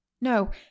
No